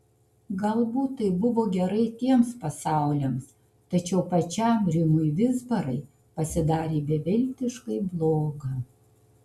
galbūt tai buvo gerai tiems pasauliams tačiau pačiam rimui vizbarai pasidarė beviltiškai bloga